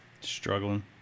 Struggling